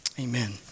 amen